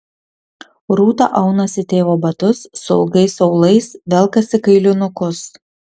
rūta aunasi tėvo batus su ilgais aulais velkasi kailinukus